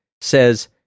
says